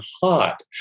hot